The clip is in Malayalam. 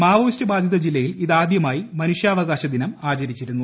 മാവോയിസ്റ്റ് ബാധിത ജില്ലയിൽ ഇതാദൃമായി മനുഷ്യാവകാശ ദിനം ആചരിച്ചിരുന്നു